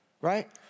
right